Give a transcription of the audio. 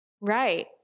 Right